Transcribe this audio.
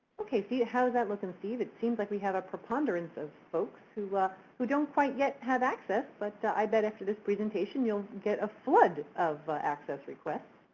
okay, so how is that looking, steve? it seems like we have a preponderance of folks who like who don't quite yet have access, but so i bet after this presentation, you'll get a flood of access requests.